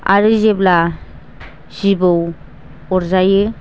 आरो जेब्ला जिबौ अरजायो